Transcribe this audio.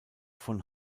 von